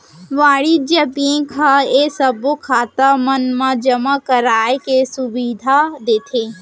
वाणिज्य बेंक ह ये सबो खाता मन मा जमा कराए के सुबिधा देथे